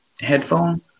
headphone